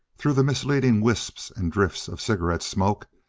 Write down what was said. through the misleading wisps and drifts of cigarette smoke,